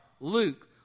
Luke